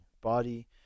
body